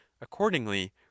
Accordingly